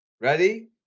Ready